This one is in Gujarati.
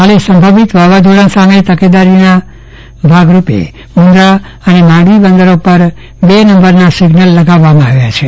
હાલે સંભવિત વાવાઝોડા સામે તકેદારીના ભાગરૂપે મુંદરા અને માંડવી બંદરો બંદરો પુર બે નંબરના સિઝ્નલ લગાવાયા છે